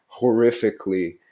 horrifically